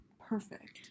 perfect